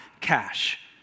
cash